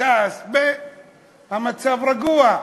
המצב רגוע.